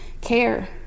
care